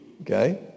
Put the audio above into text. Okay